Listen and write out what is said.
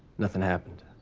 nothing happened.